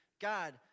God